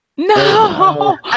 No